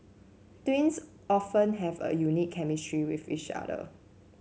twins often have a unique chemistry with each other